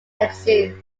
exile